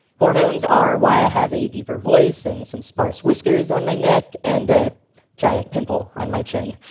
hormones are why i have a deeper voice and some sparse whiskers on my neck and a giant pimple on my chin.